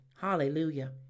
hallelujah